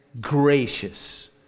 gracious